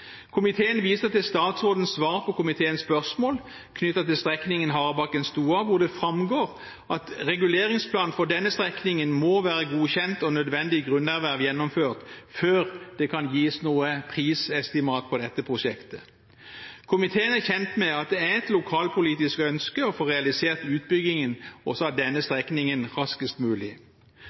Komiteen viser til statsrådens svar på komiteens spørsmål knyttet til strekningen Harebakken–Stoa, hvor det framgår at reguleringsplanen for denne strekningen må være godkjent og nødvendig grunnerverv gjennomført før det kan gis noe prisestimat på dette prosjektet. Komiteen er kjent med at det er et lokalpolitisk ønske å få realisert utbyggingen også av denne strekningen raskest mulig.